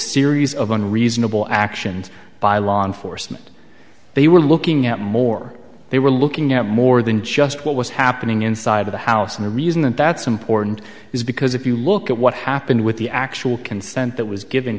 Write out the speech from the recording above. series of unreasonable actions by law enforcement they were looking at more they were looking at more than just what was happening inside the house and the reason that that's important is because if you look at what happened with the actual consent that was given